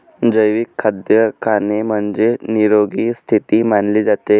जैविक खाद्य खाणे म्हणजे, निरोगी स्थिती मानले जाते